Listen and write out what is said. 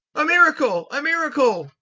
a miracle, a miracle